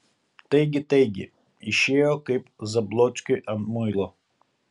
taigi taigi išėjo kaip zablockiui ant muilo